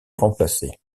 remplacés